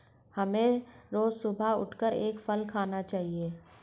हमें रोज सुबह उठकर एक फल खाना चाहिए